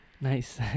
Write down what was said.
Nice